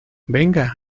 venga